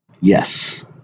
Yes